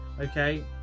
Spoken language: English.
okay